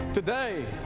Today